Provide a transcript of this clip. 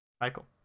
Michael